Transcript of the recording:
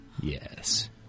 Yes